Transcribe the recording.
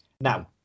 now